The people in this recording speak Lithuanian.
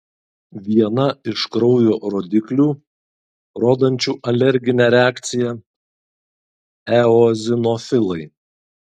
viena iš kraujo rodiklių rodančių alerginę reakciją eozinofilai